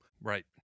Right